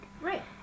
Right